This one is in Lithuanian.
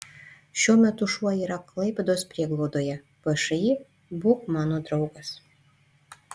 šiuo metu šuo yra klaipėdos prieglaudoje všį būk mano draugas